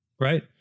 right